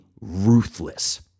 ruthless